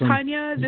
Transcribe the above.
tanya.